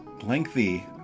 lengthy